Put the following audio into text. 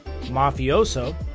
mafioso